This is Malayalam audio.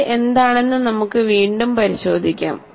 അത് എന്താണെന്ന് നമുക്ക് വീണ്ടും പരിശോധിക്കാം